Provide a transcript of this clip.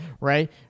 right